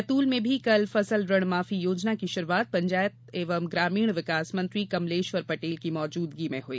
बैतूल में भी कल फसल ऋण माफी योजना की शुरूआत पंचायत एवं ग्रामीण विकास मंत्री कमलेश्वर पटेल की मौजूदगी में हई